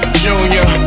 junior